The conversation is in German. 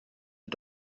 der